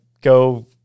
go